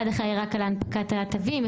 אחד אחראי רק על הנפקת התווים,